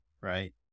right